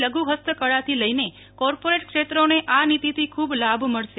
લઘુ હસ્તકળાથી લઈને કોર્પોરેટ ક્ષેત્રોને આ નીતિથી ખુબ લાભ મળશે